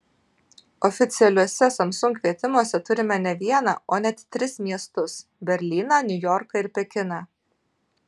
oficialiuose samsung kvietimuose turime ne vieną o net tris miestus berlyną niujorką ir pekiną